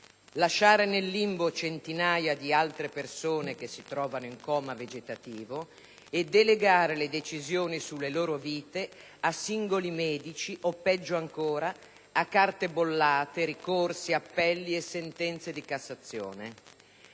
lasciare nel limbo centinaia di altre persone che si trovano in coma vegetativo e delegare le decisioni sulle loro vite a singoli medici o, peggio ancora, a carte bollate, ricorsi, appelli e sentenze di Cassazione.